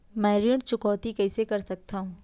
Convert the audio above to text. मैं ऋण चुकौती कइसे कर सकथव?